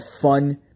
fun